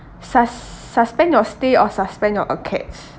sus~ suspend your stay or suspend your acads